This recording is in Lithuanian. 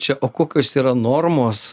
čia o kokios yra normos